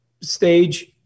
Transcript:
stage